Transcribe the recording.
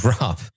Rob